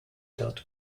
dot